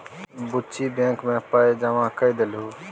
बुच्ची बैंक मे पाय जमा कए देलहुँ